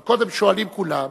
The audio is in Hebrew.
אבל קודם שואלים כולם,